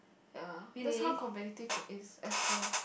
ya that's how competitive it is Astro